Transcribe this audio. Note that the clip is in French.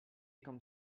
comme